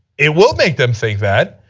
it will make them think that,